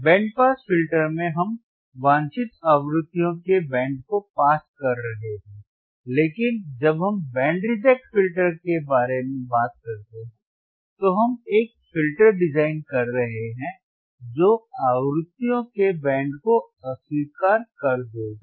band pass filter में हम वांछित आवृत्तियों के बैंड को पास कर रहे हैं लेकिन जब हम बैंड रिजेक्ट फिल्टर के बारे में बात करते हैं तो हम एक फिल्टर डिजाइन कर रहे हैं जो आवृत्तियों के बैंड को अस्वीकार कर देगा